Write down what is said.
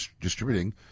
distributing